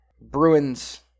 Bruins